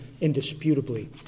indisputably